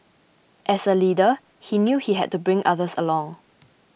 as a leader he knew he had to bring others along